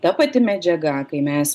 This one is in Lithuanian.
ta pati medžiaga kai mes